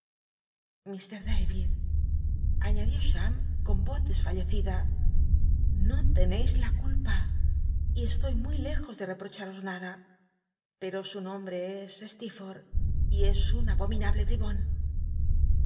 dayid aiíadió cham con voz desfallecida no teneis la culpa y estoy muy lejos de re wocharos nada pero su nombre es slccrfortb y es un abominable hribon